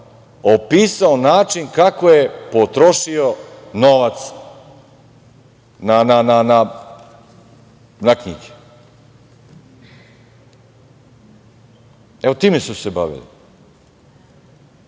opisao način kako je potrošio novac na knjige. Evo, time su se bavili.